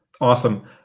awesome